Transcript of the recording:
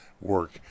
work